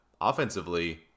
offensively